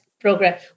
program